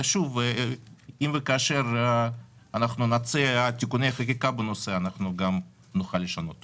אם וכאשר אנחנו נציע תיקוני חקיקה בנושא אז נוכל לשנות יותר,